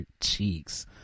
cheeks